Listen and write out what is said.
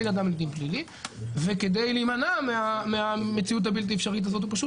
אדם לדין פלילי וכדי להימנע מהמציאות הבלתי האפשרית הזאת הוא פשוט